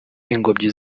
ingobyi